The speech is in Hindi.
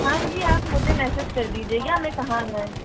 हां जी आप मुझे मैसेज कर दीजिएगा हमें कहाँ आना है